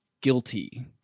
guilty